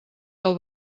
del